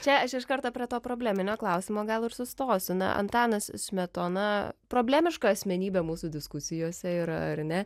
čia aš iš karto prie to probleminio klausimo gal ir sustosiu na antanas smetona problemiška asmenybė mūsų diskusijose yra ar ne